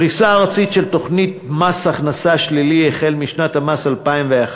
פריסה ארצית של תוכנית מס הכנסה שלילי החל משנת המס 2011,